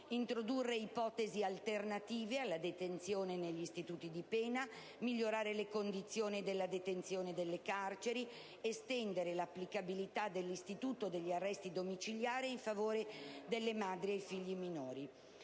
introdurre ipotesi alternative alla detenzione negli istituti di pena; migliorare le condizioni della detenzione nelle carceri; estendere l'applicabilità dell'istituto degli arresti domiciliari in favore delle madri con figli minori.